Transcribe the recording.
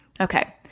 Okay